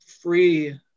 free